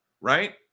right